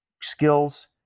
skills